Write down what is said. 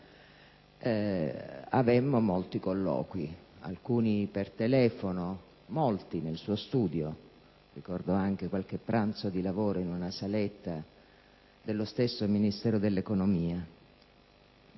avemmo molti colloqui, alcuni per telefono, molti nel suo studio. Ricordo anche qualche pranzo di lavoro nella saletta dello stesso Ministero dell'economia.